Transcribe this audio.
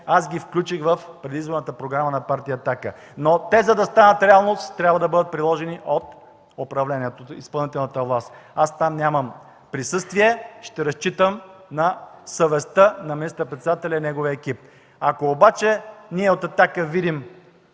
ги включих в предизборната програма на Партия „Атака”, но за да станат реалност, те трябва да бъдат приложени от изпълнителната власт. Там нямам присъствие. Ще разчитам на съвестта на министър-председателя и неговия екип. Ако обаче ние от „Атака” видим